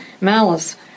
malice